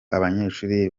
abanyeshuri